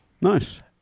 Nice